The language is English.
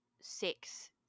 six